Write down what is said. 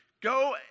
go